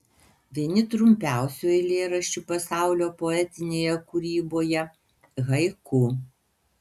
vieni trumpiausių eilėraščių pasaulio poetinėje kūryboje haiku